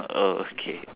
oh okay